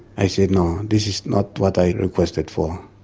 i said, no, this is not what i requested for.